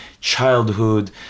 childhood